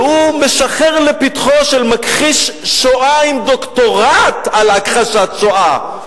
והוא משחר לפתחו של מכחיש שואה עם דוקטורט על הכחשת שואה.